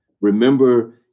Remember